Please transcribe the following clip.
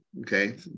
Okay